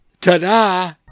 Ta-da